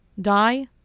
die